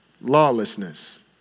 lawlessness